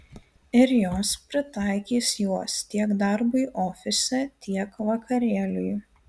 ir jos pritaikys juos tiek darbui ofise tiek vakarėliui